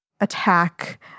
attack